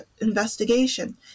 Investigation